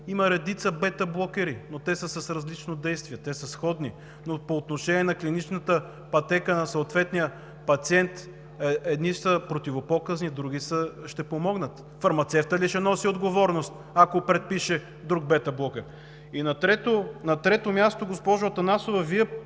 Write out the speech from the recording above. има редица бетаблокери, но те са с различно действие, те са сходни, но по отношение на клиничната пътека на съответния пациент едни са противопоказни, други ще помогнат. Фармацевтът ли ще носи отговорност, ако предпише друг бетаблокер? На трето място, госпожо Атанасова, Вие